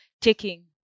taking